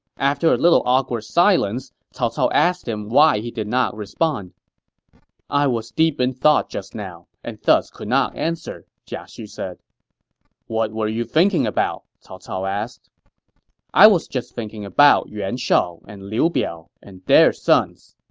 after a little awkward silence, cao cao asked him why he did not respond i was deep in thought just now, and thus could not answer, jia xu said what were you thinking about? cao cao asked i was thinking about yuan shao and liu biao and their sons.